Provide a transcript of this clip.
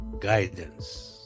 guidance